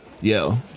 Yo